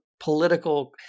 political